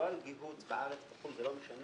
לא על גיהוץ בארץ או בחו"ל, זה לא משנה.